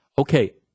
Okay